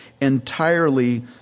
entirely